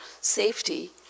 safety